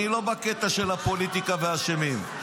אני לא בקטע של הפוליטיקה ואשמים,